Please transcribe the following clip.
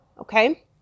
Okay